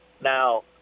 Now